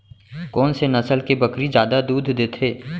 कोन से नस्ल के बकरी जादा दूध देथे